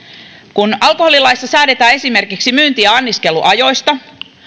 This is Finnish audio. kun alkoholilaissa säädetään esimerkiksi myynti ja anniskeluajoista